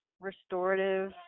restorative